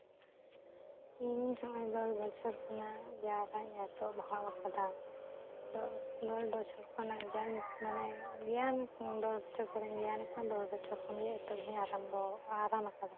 ᱤᱧ ᱦᱚᱜᱼᱚᱸᱭ ᱫᱚᱥ ᱵᱚᱪᱷᱚᱨ ᱠᱷᱚᱱᱟᱜ ᱡᱟᱦᱟᱸ ᱱᱟᱜ ᱤᱧ ᱮᱛᱚᱦᱚᱵ ᱟᱠᱟᱫᱟ ᱫᱚᱥ ᱫᱚᱥ ᱵᱚᱪᱷᱚᱨ ᱠᱚᱱᱟᱜ ᱡᱟᱧ ᱢᱟᱱᱮ ᱜᱮᱭᱟᱱ ᱫᱚᱥ ᱵᱚᱪᱷᱚᱨ ᱯᱚᱨᱮ ᱜᱮᱭᱟᱱᱟᱠᱟᱱᱟ ᱫᱚᱥ ᱵᱚᱪᱷᱚᱨ ᱠᱷᱚᱱ ᱜᱮ ᱮᱛᱚᱦᱚᱵ ᱟᱨᱟᱢᱵᱚ ᱟᱨᱟᱢᱟᱠᱟᱫᱟ